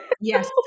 Yes